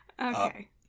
okay